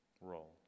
role